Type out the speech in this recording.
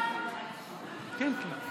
ההצעה להעביר